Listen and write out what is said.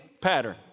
pattern